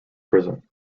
prison